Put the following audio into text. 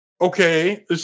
Okay